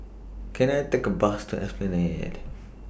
Can I Take A Bus to Esplanade